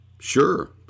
Sure